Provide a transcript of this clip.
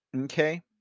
Okay